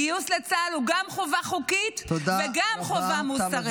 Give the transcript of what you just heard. גיוס לצה"ל הוא גם חובה חוקית וגם חובה מוסרית.